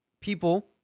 People